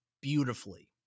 beautifully